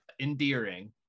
endearing